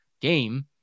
game